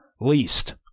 least